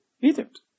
Egypt